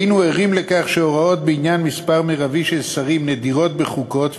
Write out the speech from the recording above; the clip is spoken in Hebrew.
היינו ערים לכך שהוראות בעניין מספר מרבי של שרים נדירות בחוקות,